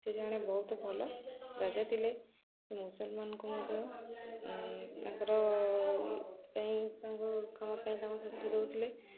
ସେ ଜଣେ ବହୁତ ଭଲ ରାଜା ଥିଲେ ସେ ମୁସଲମାନଙ୍କୁ ମଧ୍ୟ ତାଙ୍କର ପାଇଁ ତାଙ୍କୁ କାମ ପାଇଁ ତାଙ୍କୁ ଶାସ୍ତି ଦଉଥିଲେ